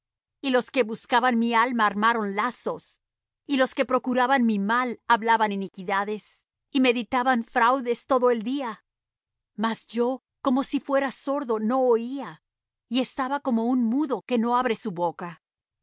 y los que buscaban mi alma armaron lazos y los que procuraban mi mal hablaban iniquidades y meditaban fraudes todo el día mas yo como si fuera sordo no oía y estaba como un mudo que no abre su boca